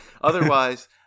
Otherwise